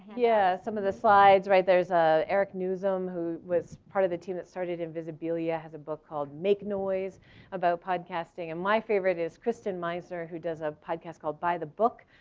yeah, some of the slides, right, there's a eric nuzum, who was part of the team that started invisibilia, has a book called make noise about podcasting. and my favorite is kristen meinzer, who does a podcast called buy the book,